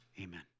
Amen